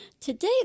Today